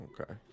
Okay